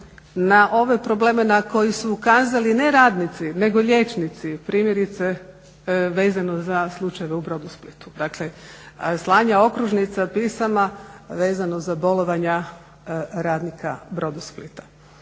na ove probleme ne koje su ukazali ne radnici nego liječnici primjerice vezano za slučajeve u Brodosplitu, dakle slanje okružnica, pisama, vezano za bolovanja radnika Brodosplita.